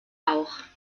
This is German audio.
auch